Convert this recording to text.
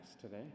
today